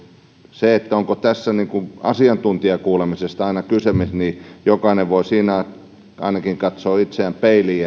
se onko tässä asiantuntijakuulemisesta aina kysymys jokainen voi siinä ainakin katsoa itseään peiliin